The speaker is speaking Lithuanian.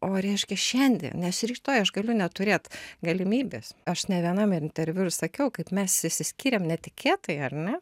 o reiškia šiandien nes rytoj aš galiu neturėt galimybės aš ne vienam interviu ir sakiau kaip mes išsiskyrėm netikėtai ar ne